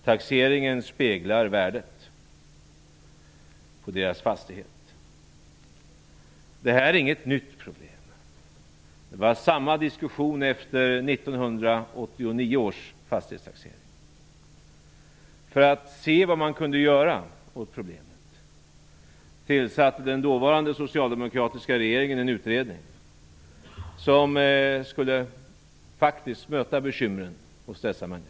Taxeringen speglar värdet på deras fastighet. Det här är inget nytt problem. Samma diskussion fördes efter 1989 års fastighetstaxering. För att se vad som kunde göras åt problemet tillsatte den dåvarande socialdemokratiska regeringen en utredning, som faktiskt skulle möta bekymren hos dessa människor.